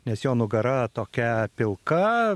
nes jo nugara tokia pilka